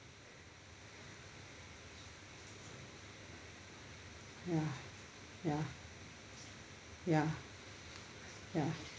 ya ya ya ya